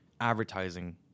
advertising